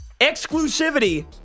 exclusivity